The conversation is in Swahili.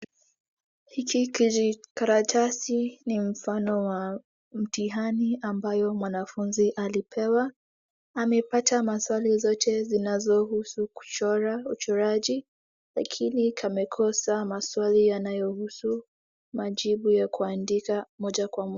Hiki kijikaratasi ni mfano wa mtihani ambao mwanafunzi alipewa, amepata maswali zote zinazohusu kuchora, uchoraji, lakini kamekosa maswali yanayohusu majibu ya kuandika moja kwa moja.